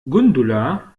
gundula